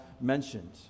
mentioned